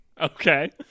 Okay